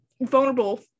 vulnerable